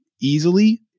easily